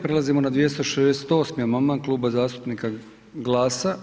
Prelazimo na 268. amandman Kluba zastupnika GLAS-a.